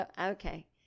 Okay